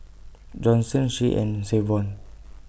Johnson Shay and Savon